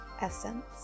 essence